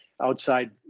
outside